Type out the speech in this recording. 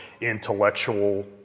intellectual